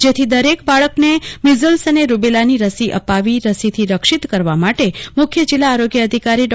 જેથી દરેક બાળકને મિઝલ્સ અને રુબેલાની રસી અપાવી રસીથી રક્ષિત કરવા માટે મુખ્ય જીલ્લા આરોગ્ય અધિકારી ડો